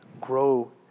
grow